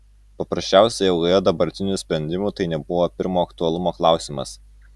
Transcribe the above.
paprasčiausiai eigoje dabartinių sprendimų tai nebuvo pirmo aktualumo klausimas